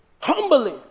humbly